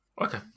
Okay